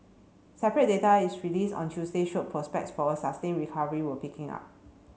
separate data released on Tuesday showed prospects for a sustained recovery were picking up